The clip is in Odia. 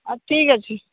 ହଉ ଠିକ୍ ଅଛି